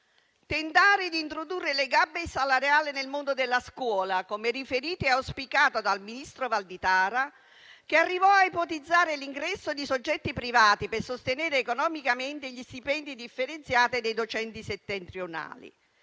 Tentare di introdurre le gabbie salariali nel mondo della scuola, come riferito e auspicato dal ministro Valditara, che arrivò a ipotizzare l'ingresso di soggetti privati per sostenere economicamente gli stipendi differenziati dei docenti settentrionali.